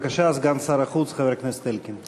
בבקשה, סגן שר החוץ, חבר הכנסת אלקין.